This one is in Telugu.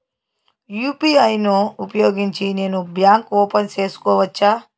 యు.పి.ఐ ను ఉపయోగించి నేను బ్యాంకు ఓపెన్ సేసుకోవచ్చా?